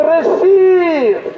Receive